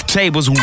tables